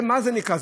זה, מה זה נקרא?